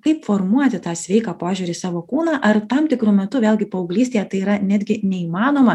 kaip formuoti tą sveiką požiūrį į savo kūną ar tam tikru metu vėlgi paauglystėje tai yra netgi neįmanoma